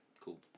Cool